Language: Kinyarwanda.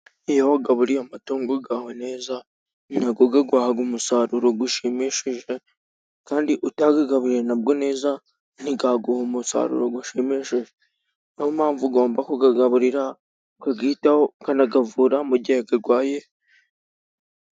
Iyo wagaburiye amatungo yawe neza, nayo aguha umusaruro ushimishije, kandi utayagaburiye nabwo neza, ntiyaguha umusaruro ushimishije, niyo mpamvu ugomba kuyagaburira, ukayitaho, ukanayavura mu gihe arwaye...